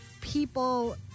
people